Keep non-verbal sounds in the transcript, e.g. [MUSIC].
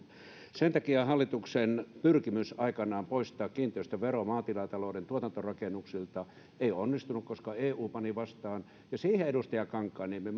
ongelma hallituksen pyrkimys aikanaan poistaa kiinteistövero maatilatalouden tuotantorakennuksilta ei onnistunut koska eu pani vastaan ja siihen edustaja kankaanniemi [UNINTELLIGIBLE]